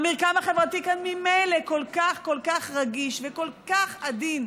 המרקם החברתי כאן ממילא כל כך כל כך רגיש וכל כך עדין.